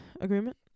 agreement